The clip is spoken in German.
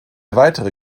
weitere